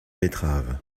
betteraves